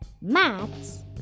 Maths